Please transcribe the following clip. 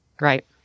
Right